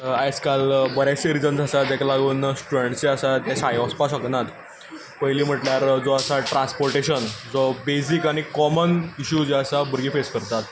आयजकाल बरेचशे रिजन आसा जाका लागून स्टुडंट्स जे आसा शाळेक वचपाक शकनात पयलीं म्हटल्यार जो आसा ट्रान्सपोर्टेशन जो बेसिक आनी कॉमन इश्यू जो आसा भुरगीं फेस करतात